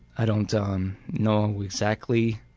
i don't um know and exactly